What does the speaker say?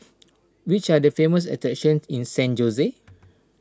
which are the famous attractions in San Jose